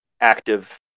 active